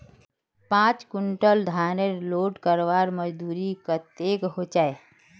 पाँच कुंटल धानेर लोड करवार मजदूरी कतेक होचए?